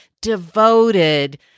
devoted